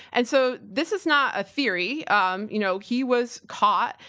and so this is not a theory. um you know he was caught,